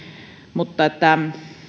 mutta